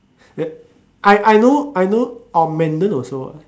uh I I know I know also what